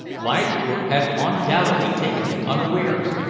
leithcourt had undoubtedly taken him unawares,